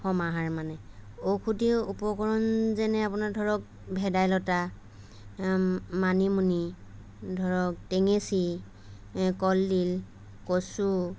সমাহাৰ মানে ঔষধীয় উপকৰণ যেনে আপোনাৰ ধৰক ভেদাইলতা মানিমুনি ধৰক টেঙেচি এ কলডিল কচু